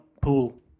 pool